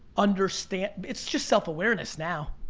understand, it's just self awareness now.